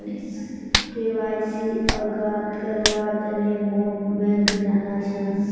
KYC अवगत करव्वार तने मोक बैंक जाना छ